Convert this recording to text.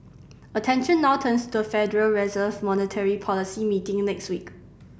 attention now turns to the Federal Reserve's monetary policy meeting next week